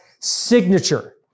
signature